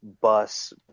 bus